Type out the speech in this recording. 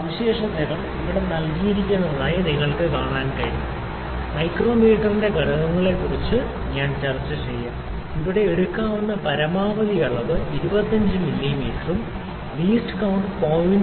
സവിശേഷതകൾ ഇവിടെ നൽകിയിരിക്കുന്നതായി നിങ്ങൾക്ക് കാണാൻ കഴിയും മൈക്രോമീറ്ററിന്റെ ഘടകങ്ങളെക്കുറിച്ച് ഞാൻ ചർച്ചചെയ്യാം ഇവിടെ എടുക്കാവുന്ന പരമാവധി അളവ് 25 മില്ലീമീറ്ററും ലീസ്റ്റ് കൌണ്ട് 0